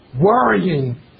worrying